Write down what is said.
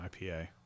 IPA